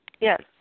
yes